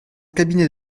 cabinet